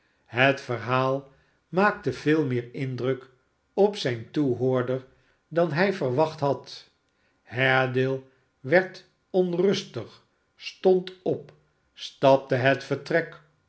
het maakte veel meer indruk op zijn toehoorder dan hij verwachthad haredale werd onrustig stond op stapte het vertrek